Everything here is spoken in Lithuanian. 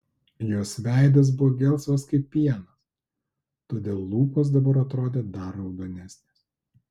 jos veidas buvo gelsvas kaip pienas todėl lūpos dabar atrodė dar raudonesnės